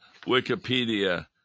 Wikipedia